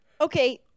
Okay